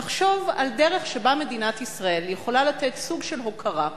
לחשוב על דרך שבה מדינת ישראל יכולה לתת סוג של הוקרה,